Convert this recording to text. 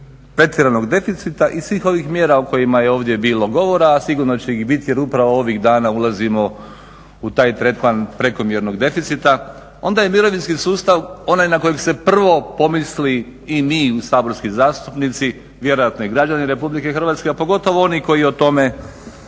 pretjeranog deficita i iz svih ovih mjera o kojima je ovdje bilo govora a sigurno će ih biti jer upravo ovih dana ulazimo u taj tretman prekomjernog deficita onda je mirovinski sustav onaj na kojeg se prvo pomisli i mi saborski zastupnici, vjerojatno i građani Republike Hrvatske a pogotovo oni koji o tome